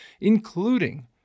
including